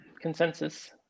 consensus